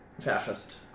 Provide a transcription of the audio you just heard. fascist